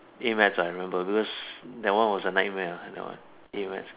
A maths ah I remember because that one was a nightmare ah that one A maths